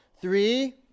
Three